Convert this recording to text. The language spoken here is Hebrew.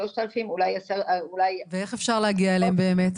שלושת אלפים אולי --- ואיך אפשר הגיע אליהם באמת?